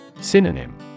Synonym